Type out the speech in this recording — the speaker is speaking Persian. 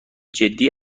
جدی